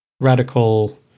radical